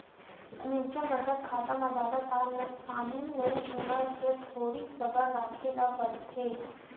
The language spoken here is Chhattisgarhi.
म्युचुअल बचत खाता म जादातर नसकानी नइ होवय फेर थोरिक सबर राखे ल परथे